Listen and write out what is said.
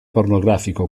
pornografico